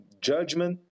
judgment